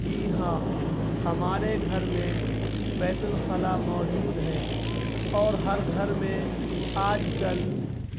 جی ہاں ہمارے گھر میں بیت الخلاء موجود ہے اور ہر گھر میں آج کل